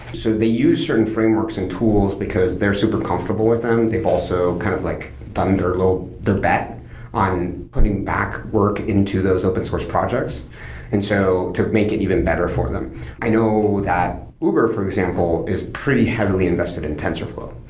so they use certain frameworks and tools, because they're super comfortable with them. they've also kind of like done their bet on putting back work into those open-source projects and so to make it even better for them i know that uber for example is pretty heavily invested in tensorflow.